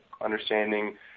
understanding